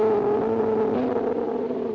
or